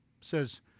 says